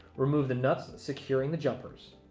remove the nuts securing the jumpers.